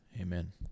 Amen